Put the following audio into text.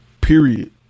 Period